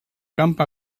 camp